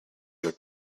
your